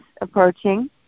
approaching